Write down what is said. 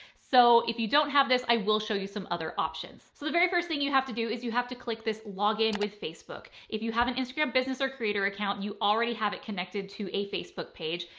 so if you don't have this, i will show you some other options. so the very first thing you have to do is you have to click this login with facebook button. if you have an instagram business or creator account, you already have it connected to a facebook page.